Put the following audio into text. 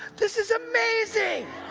this is amazing!